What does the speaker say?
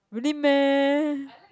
really meh